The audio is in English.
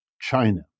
China